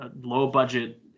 low-budget